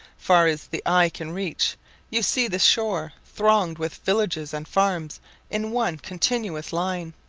far as the eye can reach you see the shore thronged with villages and farms in one continuous line.